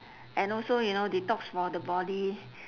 and also you know detox for the body